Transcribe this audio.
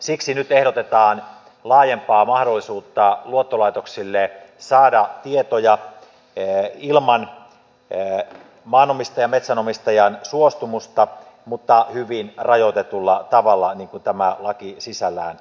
siksi nyt ehdotetaan laajempaa mahdollisuutta luottolaitoksille saada tietoja ilman maanomistajan metsänomistajan suostumusta mutta hyvin rajoitetulla tavalla niin kuin tämä laki sisällään pitää